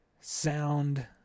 sound